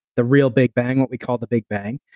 the real big bang, what we call the big bang.